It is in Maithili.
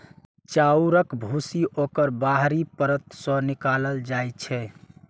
चाउरक भूसी ओकर बाहरी परत सं निकालल जाइ छै